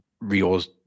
Rios